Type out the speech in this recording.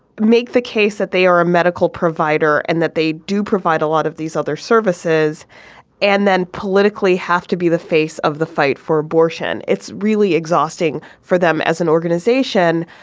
make the case that they are a medical provider and that they do provide a lot of these other services and then politically have to be the face of the fight for abortion. it's really exhausting for them as an organization.